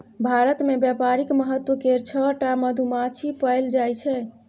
भारत मे बेपारिक महत्व केर छअ टा मधुमाछी पएल जाइ छै